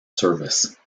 service